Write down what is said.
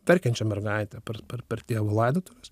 verkiančią mergaitę per per tėvo laidotuves